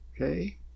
Okay